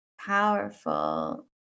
powerful